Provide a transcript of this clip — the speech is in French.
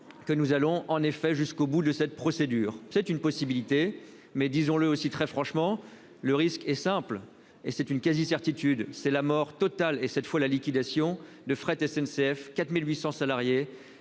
que nous allons en effet jusqu'au bout de cette procédure, c'est une possibilité mais disons-le aussi, très franchement, le risque est simple et c'est une quasi-certitude c'est la mort totale et cette fois la liquidation de fret SNCF 4800 salariés